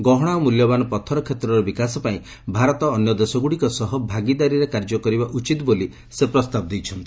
ଗହଣା ଓ ମୂଲ୍ୟବାନ ପଥର କ୍ଷେତ୍ରର ବିକାଶପାଇଁ ଭାରତ ଅନ୍ୟ ଦେଶଗୁଡ଼ିକ ସହ ଭାଗିଦାରୀରେ କାର୍ଯ୍ୟ କରିବା ଉଚିତ ବୋଲି ସେ ପ୍ରସ୍ତାବ ଦେଇଛନ୍ତି